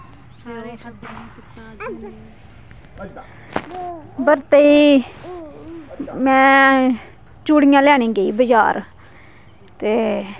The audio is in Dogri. में चूड़िया लेने गी गेई बजार ते